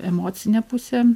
emocinė pusė